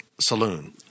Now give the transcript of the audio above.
Saloon